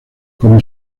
como